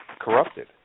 corrupted